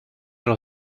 leur